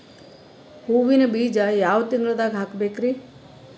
ಹೂವಿನ ಬೀಜ ಯಾವ ತಿಂಗಳ್ದಾಗ್ ಹಾಕ್ಬೇಕರಿ?